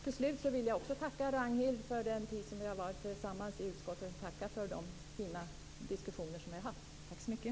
Till slut vill jag också tacka Ragnhild för den tid som vi har varit tillsammans i utskottet och för de fina diskussioner som vi har haft. Tack så mycket!